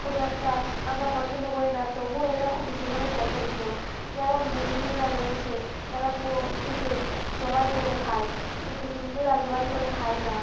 খুব একটা আমরা পছন্দ করি না তবুও এটা খুব বিশেষভাবে প্রচলিত যেমন মুসলিমরা রয়েছে তারা পোলট্রিকে জবাই করে খায় কিন্তু হিন্দুরা জবাই করে খায় না